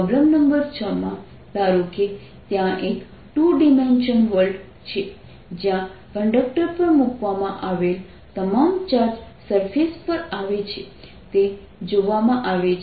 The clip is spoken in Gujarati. પ્રોબ્લેમ નંબર 6 માં ધારો કે ત્યાં એક ટુ ડિમેન્શનલ વર્લ્ડ છે જ્યાં કંડક્ટર પર મૂકવામાં આવેલ તમામ ચાર્જ સરફેસ પર આવે છે તે જોવામાં આવે છે